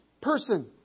person